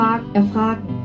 erfragen